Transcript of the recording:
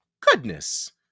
Goodness